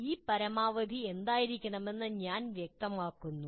ഈ പരമാവധി എന്തായിരിക്കണമെന്ന് ഞാൻ വ്യക്തമാക്കുന്നു